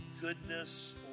goodness